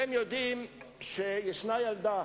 באמת נכמרו רחמיהם של כל יושבי הבית שלי על גורלי,